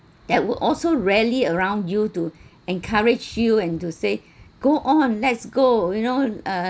that would also rally around you to encourage you and to say go on let's go you know uh